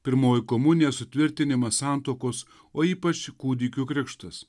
pirmoji komunija sutvirtinimas santuokos o ypač kūdikių krikštas